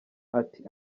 ati